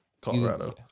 Colorado